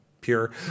pure